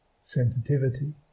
sensitivity